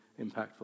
impactful